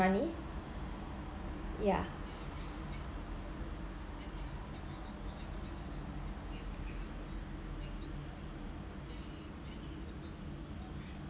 money yeah